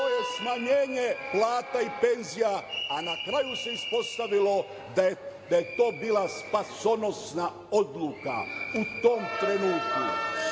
to je smanjenje plata i penzija, a na kraju se ispostavilo da je to bila spasonosna odluka u tom trenutku. Usudio